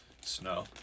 snow